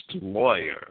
lawyer